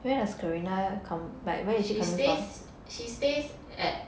she stays she stays at